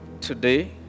Today